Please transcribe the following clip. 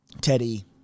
Teddy